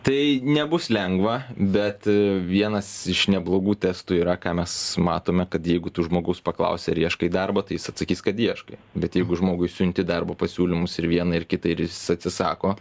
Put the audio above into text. tai nebus lengva bet vienas iš neblogų testų yra ką mes matome kad jeigu tu žmogaus paklausi ar ieškai darbo tai jis atsakys kad ieškai bet jeigu žmogui siunti darbo pasiūlymus ir vieną ir kitą ir jis atsisako